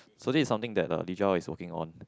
so this is something that uh is working on